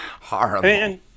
horrible